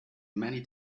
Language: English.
many